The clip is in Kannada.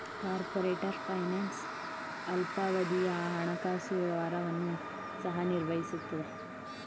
ಕಾರ್ಪೊರೇಟರ್ ಫೈನಾನ್ಸ್ ಅಲ್ಪಾವಧಿಯ ಹಣಕಾಸು ವ್ಯವಹಾರವನ್ನು ಸಹ ನಿರ್ವಹಿಸುತ್ತದೆ